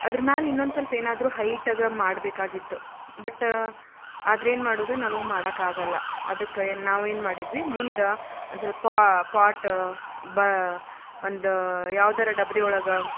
ಅದ್ರ ಮ್ಯಾಲ ಇನ್ನೊಂದು ಸ್ವಲ್ಪ ಏನಾದರೂ ಹೈಟಾಗಿ ಮಾಡಬೇಕಾಗಿತ್ತು ಬಟ್ ಆದರೆ ಏನ್ಮಾಡೋದು ನಮಗೆ ಮಾಡೋಕ್ಕಾಗೋಲ್ಲ ಅದಕ್ಕೆ ಏನು ನಾವೇನ್ಮಾಡಿದ್ವಿ ಮುಂದೆ ಒಂದು ಸ್ವಲ್ಪ ಪಾಟು ಬಾ ಒಂದು ಯಾವ್ದಾರ ಡಬ್ರಿ ಒಳಗೆ